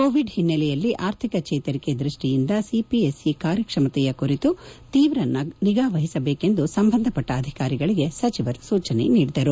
Covid ಒನ್ನೆಲೆಯಲ್ಲಿ ಆರ್ಥಿಕ ಚೇತರಿಕೆ ದ್ವಷ್ಷಿಯಿಂದ ಸಿಪಿಎಸ್ಇ ಕಾರ್ಯಕ್ಷಮತೆಯ ಕುರಿತು ಶೀವ್ರ ನಿಗಾ ವಹಿಸಬೇಕೆಂದು ಸಂಬಂಧಪಟ್ಟ ಅಧಿಕಾರಿಗಳಿಗೆ ಸಚಿವರು ಸೂಚನೆ ನೀಡಿದರು